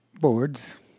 Boards